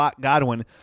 Godwin